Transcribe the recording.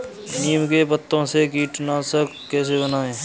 नीम के पत्तों से कीटनाशक कैसे बनाएँ?